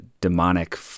demonic